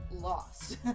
lost